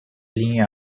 linha